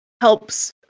helps